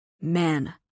Men